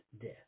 death